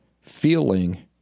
feeling